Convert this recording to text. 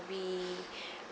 we